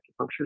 acupuncture